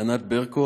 ענת ברקו,